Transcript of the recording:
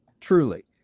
truly